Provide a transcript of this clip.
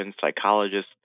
psychologists